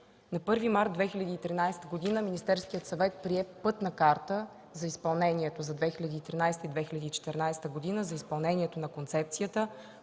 На 1 март 2013 г. Министерският съвет прие Пътна карта за изпълнението за 2013 и 2014 г. на концепцията,